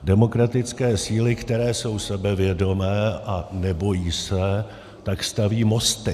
Demokratické síly, které jsou sebevědomé a nebojí se, staví mosty.